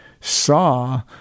saw